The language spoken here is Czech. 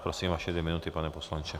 Prosím, vaše dvě minuty, pane poslanče.